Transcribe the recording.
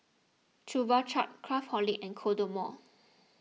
Chupa Chups Craftholic and Kodomo